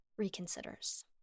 reconsiders